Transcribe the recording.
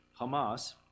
Hamas